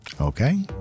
Okay